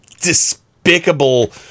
despicable